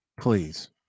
please